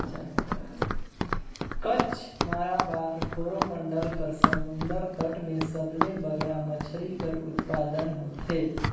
कच्छ, माराबार, कोरोमंडल कर समुंदर तट में सबले बगरा मछरी कर उत्पादन होथे